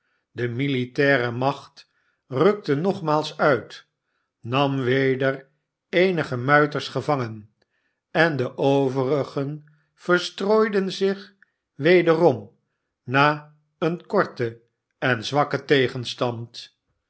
de militaire macht rukte nogmaals uit nam weder eenige muiters gevangen en de overigen verstrooiden zich wederom na een korten en zwakken tegenstand